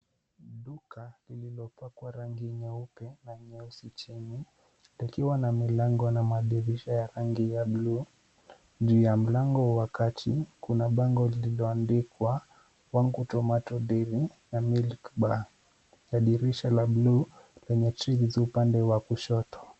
Duka lililopakwa rangi nyeupe na nyeusi chini likiwa na milango na madurisha ya rangi ya buluu. Juu ya mlango wa kati Kuna bango andikwa kwangu tomato dairy milk bar na dirisha la buluu lenye drills upande wa kushoto.